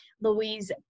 Louise